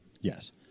Yes